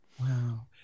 Wow